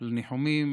לניחומים